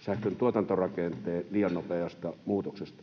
sähkön tuotantorakenteen liian nopeasta muutoksesta.